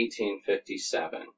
1857